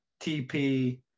tp